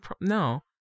no